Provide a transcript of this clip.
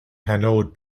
hanaud